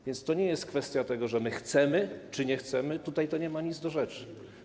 A więc to nie jest kwestia tego, że chcemy czy nie chcemy, tutaj to nie ma nic do rzeczy.